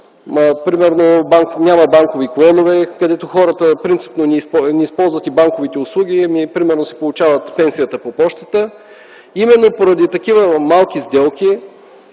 примерно няма банкови клонове, където хората принципно не използват и банковите услуги, а примерно си получават пенсията по пощата. Именно поради такива малки сделки